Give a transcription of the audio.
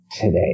today